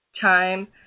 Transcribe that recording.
time